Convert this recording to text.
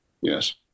Yes